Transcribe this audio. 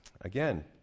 Again